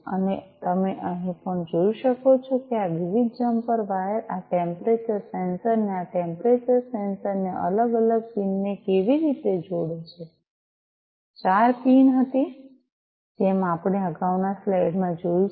અને તમે અહીં પણ જોઈ શકો છો કે આ વિવિધ જમ્પર વાયર આ ટેમ્પરેચર સેન્સર ને આ ટેમ્પરેચર સેન્સર ને અલગ અલગ પિનને કેવી રીતે જોડે છે ચાર પિન હતી જેમ આપણે અગાઉની સ્લાઈડમાં જોઈ છે